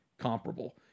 comparable